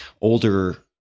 older